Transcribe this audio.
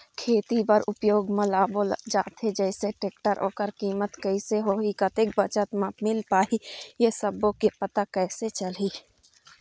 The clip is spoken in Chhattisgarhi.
खेती बर उपयोग मा लाबो जाथे जैसे टेक्टर ओकर कीमत कैसे होही कतेक बचत मा मिल पाही ये सब्बो के पता कैसे चलही?